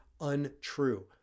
untrue